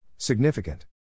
Significant